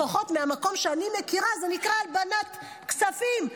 לפחות מהמקום שאני מכירה, זה נקרא הלבנת כספים.